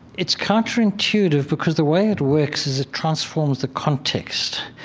it's counterintuitive because the way it works is it transforms the context.